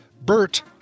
Bert